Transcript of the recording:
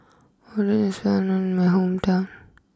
Oden is well known in my hometown